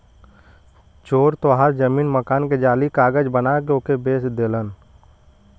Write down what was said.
चोर तोहार जमीन मकान के जाली कागज बना के ओके बेच देलन